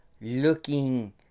looking